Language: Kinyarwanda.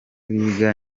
biga